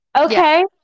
okay